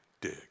Dig